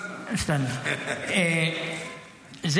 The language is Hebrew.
סטנה (אומר בערבית: חכה, ואטורי, חכה).